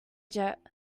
jet